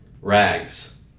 rags